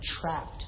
trapped